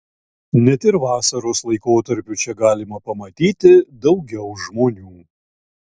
net ir vasaros laikotarpiu čia galima pamatyti daugiau žmonių